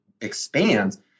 expands